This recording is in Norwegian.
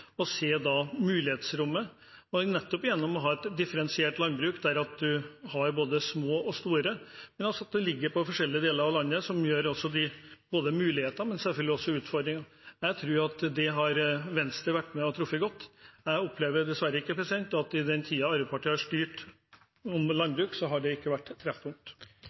å se mulighetsrommet gjennom nettopp å ha et differensiert landbruk der man har både små og store, og at det ligger i forskjellige deler av landet. Det gir muligheter, men selvfølgelig også utfordringer. Jeg tror at Venstre har vært med og truffet godt. Jeg opplever dessverre ikke at det i den tiden Arbeiderpartiet styrte landbruket, har